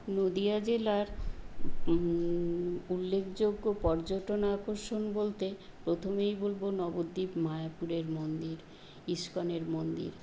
নদিয়া জেলার উল্লেখযোগ্য পর্যটন আকর্ষণ বলতে প্রথমেই বলবো নবদ্বীপ মায়াপুরের মন্দির ইস্কনের মন্দির